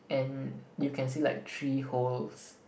and you can see like three holes